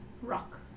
Rock